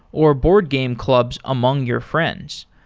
or board game clubs among your friends.